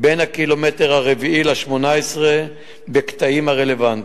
בין הקילומטר הרביעי ל-18, בקטעים הרלוונטיים.